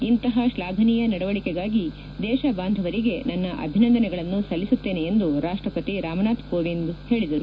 ಇಂತಪ ಶ್ಲಾಘನೀಯ ನಡವಳಕೆಗಾಗಿ ದೇಶ ಬಾಂಧವರಿಗೆ ನನ್ನ ಅಭಿನಂದನೆಗಳನ್ನು ಸಲ್ಲಿಸುತ್ತೇನೆ ಎಂದು ರಾಷ್ಟಪತಿ ರಾಮನಾಥ್ ಕೋವಿಂದ್ ಹೇಳಿದರು